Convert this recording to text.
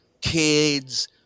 kids